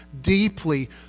deeply